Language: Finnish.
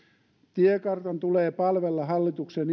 tiekartan tulee palvella hallituksen